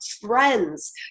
Friends